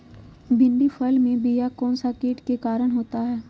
भिंडी फल में किया कौन सा किट के कारण होता है?